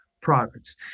products